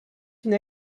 une